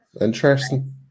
interesting